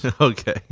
Okay